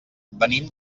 venim